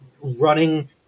running